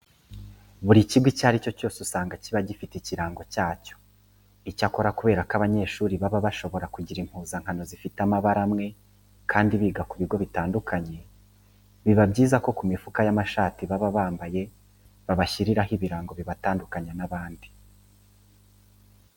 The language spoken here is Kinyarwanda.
Buri kigo icyo ari cyo cyose usanga kiba gifite ikirango cyacyo. Icyakora kubera ko abanyeshuri baba bashobora kugira impuzankano zifite amabara amwe kandi biga ku bigo bitandukanye, biba byiza ko ku mifuka y'amashati baba bambaye babashyiriraho ibirango bibatandukanya n'abandi.